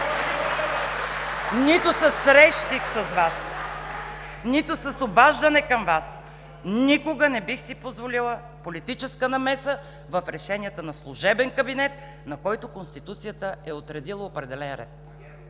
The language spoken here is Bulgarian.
нито със срещи с Вас, нито с обаждане към Вас, никога не бих си позволила политическа намеса в решенията на служебен кабинет, на който Конституцията е определила определен ред!